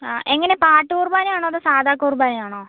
ആ എങ്ങനെ പാട്ട് കുർബാന ആണോ അതോ സാദാ കുർബാന ആണോ